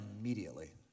immediately